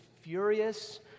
furious